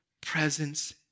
presence